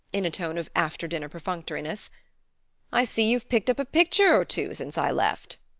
in a tone of after-dinner perfunctoriness i see you've picked up a picture or two since i left.